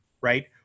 right